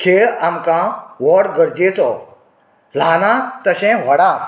खेळ आमकां व्हड गरजेचो ल्हानाक तशें व्हडांक